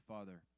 Father